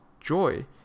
joy